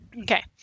Okay